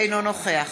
אינו נוכח